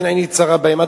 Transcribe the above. ואין עיני צרה בהם.